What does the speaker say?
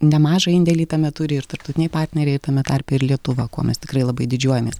nemažą indėlį tame turi ir tarptautiniai partneriai tame tarpe ir lietuva kuo mes tikrai labai didžiuojamės